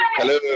Hello